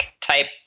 type